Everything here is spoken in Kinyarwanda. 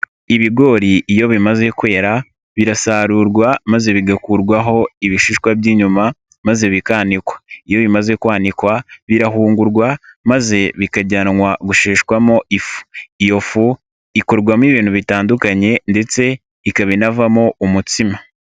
Ibigori iyo bimaze kwera birasarurwa maze bigakurwaho ibishishwa by'inyuma maze bikanikwa. Iyo bimaze kwanikwa birahungurwa maze bikajyanwa gusheshwamo ifu. Iyo fu ikorwamo ibintu bitandukanye ndetse ikaba inavamo umutsima.